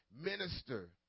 minister